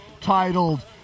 titled